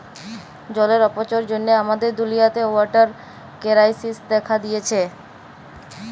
জলের অপচয়ের জ্যনহে আমাদের দুলিয়াতে ওয়াটার কেরাইসিস্ দ্যাখা দিঁয়েছে